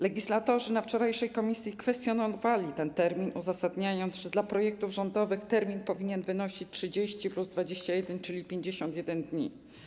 Legislatorzy na wczorajszym posiedzeniu komisji kwestionowali ten termin, uzasadniając to tym, że dla projektów rządowych powinien on wynosić 30 plus 21, czyli 51 dni.